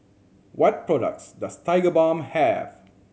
what products does Tigerbalm have